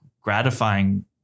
gratifying